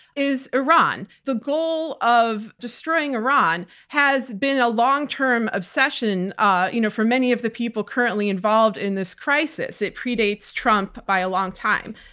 is iran. the goal of destroying iran has been a long-term obsession ah you know for many of the people currently involved in this crisis. it predates trump by a long time.